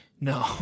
No